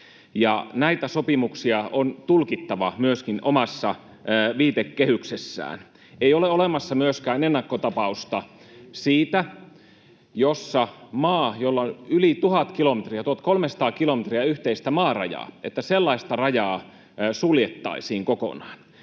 näitä sopimuksia on tulkittava myöskin omassa viitekehyksessään. Ei ole olemassa myöskään ennakkotapausta siitä, että maassa, jolla on yli tuhat kilometriä, 1 300 kilometriä, yhteistä maarajaa, sellaista rajaa suljettaisiin kokonaan.